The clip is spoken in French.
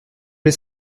les